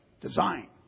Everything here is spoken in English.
design